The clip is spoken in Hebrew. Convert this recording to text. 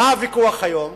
על מה הוויכוח היום?